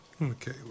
Okay